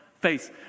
face